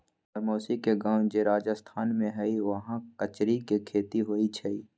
हम्मर मउसी के गाव जे राजस्थान में हई उहाँ कचरी के खेती होई छई